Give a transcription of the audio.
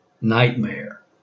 nightmare